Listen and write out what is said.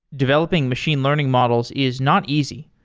developing machine learning models is not easy.